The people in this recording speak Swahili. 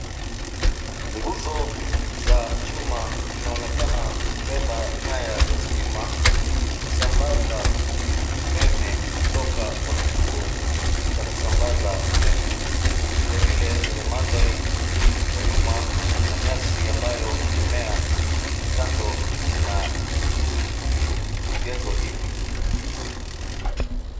Nguzo za chuma zinaonekana kubeba nyaya za stima kusambaza umeme kutoka kwa kituo cha kusambaza umeme. Vile vile kwenye mandhari ya nyuma kuna nyasi ambayo imemea kando na vigezo hivi.